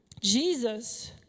Jesus